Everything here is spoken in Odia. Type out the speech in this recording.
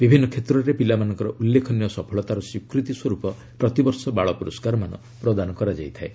ବିଭିନ୍ନ କ୍ଷେତ୍ରରେ ପିଲାମାନଙ୍କର ଉଲ୍ଲେଖନୀୟ ସଫଳତାର ସ୍ୱୀକୃତି ସ୍ୱରୂପ ପ୍ରତିବର୍ଷ ବାଳପୁରସ୍କାରମାନ ପ୍ରଦାନ କରାଯାଇଥାଏ